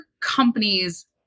companies